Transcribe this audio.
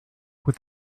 with